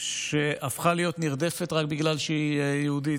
שהפכה להיות נרדפת רק בגלל שהיא יהודית.